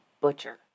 butcher